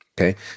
okay